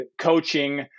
coaching